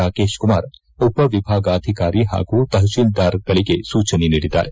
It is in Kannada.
ರಾಕೇಶ್ ಕುಮಾರ್ ಉಪವಿಭಾಗಾಧಿಕಾರಿ ಹಾಗೂ ತಹಶೀಲ್ದಾರ್ಗಳಿಗೆ ಸೂಚನೆ ನೀಡಿದ್ದಾರೆ